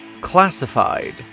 Classified